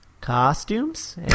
Costumes